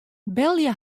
belje